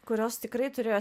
kurios tikrai turėjo